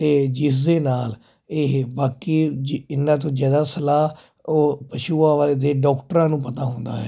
ਅਤੇ ਜਿਸਦੇ ਨਾਲ ਇਹ ਬਾਕੀ ਇਹਨਾਂ ਤੋਂ ਜ਼ਿਆਦਾ ਸਲਾਹ ਉਹ ਪਸ਼ੂਆਂ ਵਾਲੇ ਦੇ ਡਾਕਟਰਾਂ ਨੂੰ ਪਤਾ ਹੁੰਦਾ ਹੈ